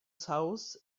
south